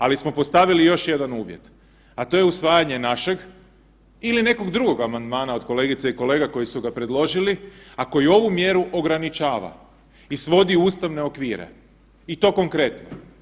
Ali smo postavili još jedan uvjet, a to je usvajanje našeg ili nekog drugog amandmana od kolegica i kolega koji su ga predložili, a koji ovu mjeru ograničava i svodi u ustavne okvire i to konkretno.